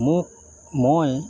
মোক মই